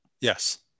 Yes